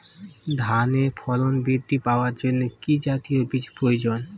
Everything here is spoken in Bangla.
ধানে ফলন বৃদ্ধি পাওয়ার জন্য কি জাতীয় বীজের প্রয়োজন?